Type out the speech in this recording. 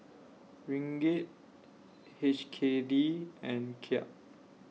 Ringgit H K D and Kyat